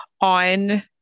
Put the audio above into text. on